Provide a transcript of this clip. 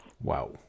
wow